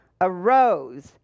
arose